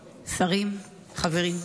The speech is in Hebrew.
שרים, חברים,